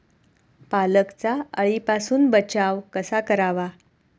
पालकचा अळीपासून बचाव कसा करावा?